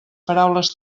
paraules